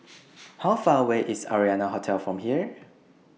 How Far away IS Arianna Hotel from here